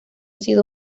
sido